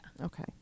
Okay